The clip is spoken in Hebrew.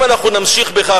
אם אנחנו נמשיך בכך,